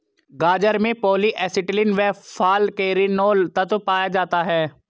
गाजर में polyacetylene व फालकैरिनोल तत्व पाया जाता है